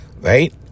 right